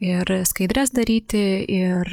ir skaidres daryti ir